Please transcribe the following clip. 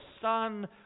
son